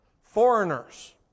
Foreigners